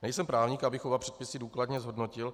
Nejsem právník, abych oba předpisy důkladně zhodnotil.